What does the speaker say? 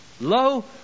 Lo